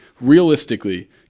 realistically